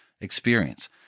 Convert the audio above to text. experience